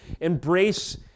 embrace